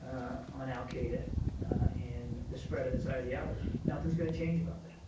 on al-qaida and the spread of its ideology. nothing's going to change about that.